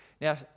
Now